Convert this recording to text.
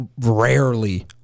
rarely